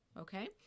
okay